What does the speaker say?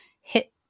hit